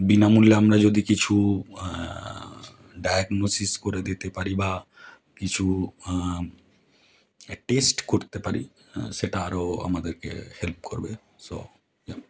বিনামূল্যে আমরা যদি কিছু ডায়াগনোসিস করে দিতে পারি বা কিছু হ্যাঁ টেস্ট করতে পারি সেটা আরও আমাদেরকে হেল্প করবে সো ইয়া